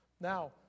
Now